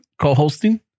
Co-hosting